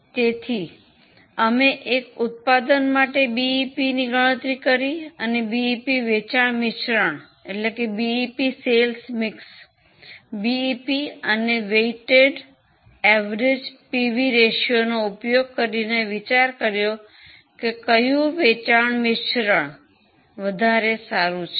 તેથી અમે એક ઉત્પાદન માટે બીઇપીની ગણતરી કરી અને બીઇપી વેચાણ મિશ્રણ બીઇપી અને વેઈટેડ સરેરાશ પીવી રેશિયોનો ઉપયોગ કરીને અમે વિચાર કરી કે કયો વેચાણ મિશ્રણ વધારે સારું છે